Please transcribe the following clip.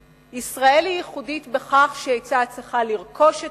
ישראל היא ייחודית בכך שהיא היתה צריכה לרכוש את הקרקע,